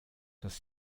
dass